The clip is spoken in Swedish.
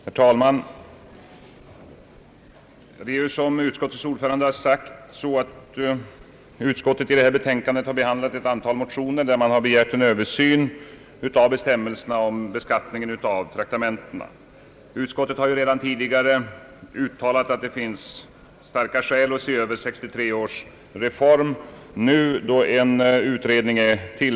Herr talman! Utskottets ordförande har redan nämnt att detta betänkande gäller ett antal motioner där man begärt en översyn av bestämmelserna om traktamentsbeskattning. Utskottet har ju redan tidigare uttalat, att det finns starka skäl att se över 1963 års reform.